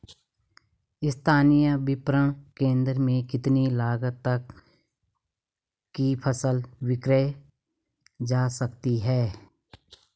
स्थानीय विपणन केंद्र में कितनी लागत तक कि फसल विक्रय जा सकती है?